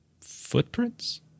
footprints